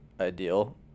ideal